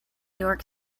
york